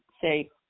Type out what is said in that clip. say